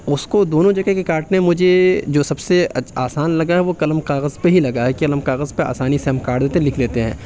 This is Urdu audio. اس کو دونوں جگہ کے کاٹنے میں مجھے جو سب سے اچھ آسان لگا ہے وہ قلم کاغذ پہ ہی لگا ہے کہ قلم کاغذ پہ آسانی سے ہم کاٹ دیتے ہیں لکھ لیتے ہیں